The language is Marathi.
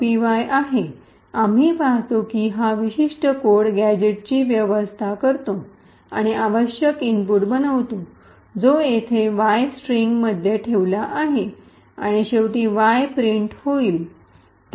पीवाय आहे आम्ही पाहतो की हा विशिष्ट कोड गॅझेटची व्यवस्था करतो आणि आवश्यक इनपुट बनवितो जो येथे वाय स्ट्रिंग मध्ये ठेवला आहे आणि शेवटी वाई प्रिंट होईल